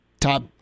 top